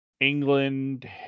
England